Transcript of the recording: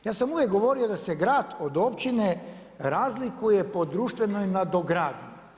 Ja sam uvijek govorio da se grad od općine razlike po društvenoj nadogradnji.